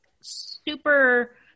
super